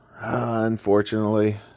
unfortunately